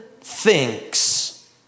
thinks